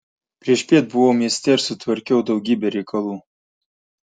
priešpiet buvau mieste ir sutvarkiau daugybę reikalų